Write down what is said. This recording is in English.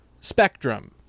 spectrum